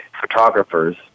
photographers